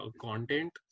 content